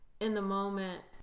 in-the-moment